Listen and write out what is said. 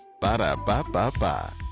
Ba-da-ba-ba-ba